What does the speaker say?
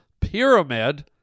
Pyramid